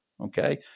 Okay